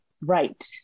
right